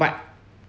but